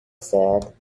said